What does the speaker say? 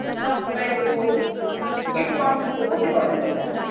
सबैको एक पाउन्डको कति गर्नुहुन्छ